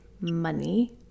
money